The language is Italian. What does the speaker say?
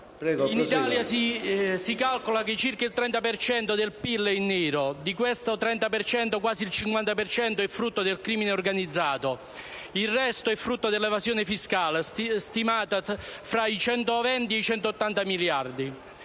in Italia si calcola che circa il 30 per cento del PIL è in nero. Di esso, quasi il 50 per cento è frutto del crimine organizzato. Il resto è frutto dell'evasione fiscale stimata fra i 120 e i 180 miliardi.